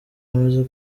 bamaze